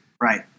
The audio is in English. right